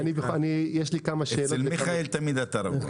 יושב-ראש הוועדה ואני מקדמים כמה הצעות חוק,